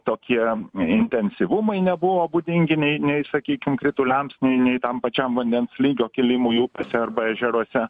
tokie intensyvumai nebuvo būdingi nei nei sakykim krituliams nei nei tam pačiam vandens lygio kilimu upėse arba ežeruose